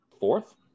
Fourth